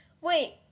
Wait